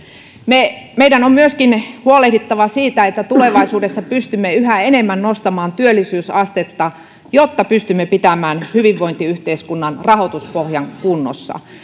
meidän on myöskin huolehdittava siitä että tulevaisuudessa pystymme yhä enemmän nostamaan työllisyysastetta jotta pystymme pitämään hyvinvointiyhteiskunnan rahoituspohjan kunnossa